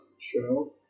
Sure